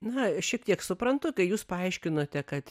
na šiek tiek suprantu tai jūs paaiškinote kad